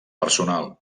personal